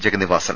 Jagannivasan